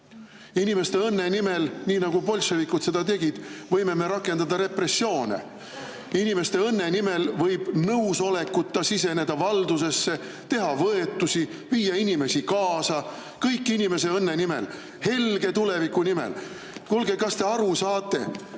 inimeste õnne nimel, nagu bolševikud seda tegid, võime rakendada repressioone. Inimeste õnne nimel võib nõusolekuta siseneda valdusesse, teha võetusi, viia inimesi kaasa – kõik inimese õnne nimel, helge tuleviku nimel. Kuulge, kas te saate